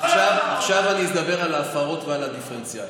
עכשיו אני אדבר על ההפרות ועל הדיפרנציאליות.